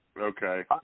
Okay